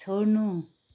छोड्नु